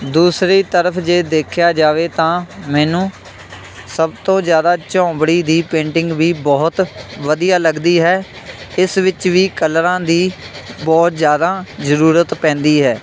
ਦੂਸਰੀ ਤਰਫ ਜੇ ਦੇਖਿਆ ਜਾਵੇ ਤਾਂ ਮੈਨੂੰ ਸਭ ਤੋਂ ਜ਼ਿਆਦਾ ਝੋਂਪੜੀ ਦੀ ਪੇਂਟਿੰਗ ਵੀ ਬਹੁਤ ਵਧੀਆ ਲੱਗਦੀ ਹੈ ਇਸ ਵਿੱਚ ਵੀ ਕਲਰਾਂ ਦੀ ਬਹੁਤ ਜ਼ਿਆਦਾ ਜ਼ਰੂਰਤ ਪੈਂਦੀ ਹੈ